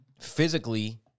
physically